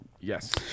Yes